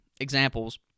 examples